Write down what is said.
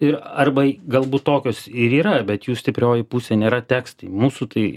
ir arba galbūt tokios ir yra bet jų stiprioji pusė nėra tekstai mūsų tai